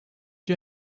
you